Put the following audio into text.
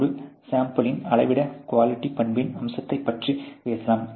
ஒரு சாம்பிளின் அளவிடப்பட்ட குவாலிட்டி பண்பின் அம்சத்தைப் பற்றி பேசலாம்